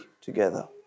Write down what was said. together